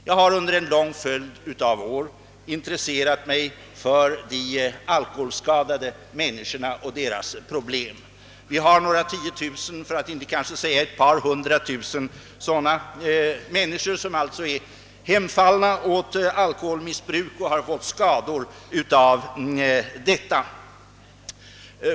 Jag har under en lång följd av år intresserat mig för de alkoholskadade människorna och deras problem. Vi har några tio tusen, för att inte säga ett par hundra tusen, människor som är hemfallna åt alkoholmissbruk och fått skador därav.